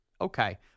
Okay